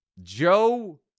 Joe